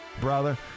Brother